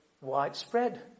widespread